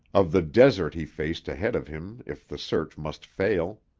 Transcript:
of the desert he faced ahead of him if the search must fail.